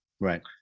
right